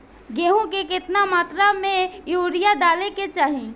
गेहूँ में केतना मात्रा में यूरिया डाले के चाही?